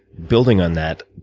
building on that,